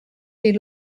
les